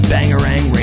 Bangarang